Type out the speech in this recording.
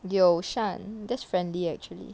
友善 that's friendly actually